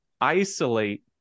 isolate